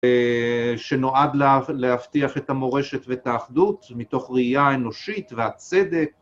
שנועד להבטיח את המורשת ואת האחדות מתוך ראייה אנושית והצדק